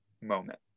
moment